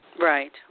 Right